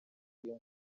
film